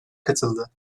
katıldı